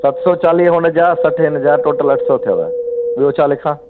सत सौ चालीह हुनजा सठि हिनजा टोटल अठ सौ थियव ॿियो छा लिखां